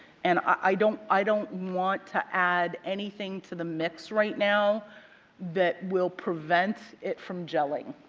and i don't i don't want to add anything to the mix right now that will prevent it from gelling.